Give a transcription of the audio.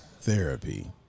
therapy